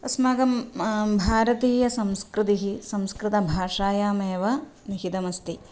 अस्माकं भारतीयसंस्कृतिः संस्कृतभाषायामेव निहितमस्ति